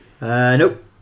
nope